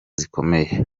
zikomeye